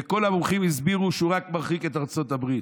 וכל המומחים הסבירו שהוא רק מרחיק את ארצות הברית,